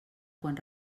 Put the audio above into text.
quan